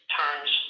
turns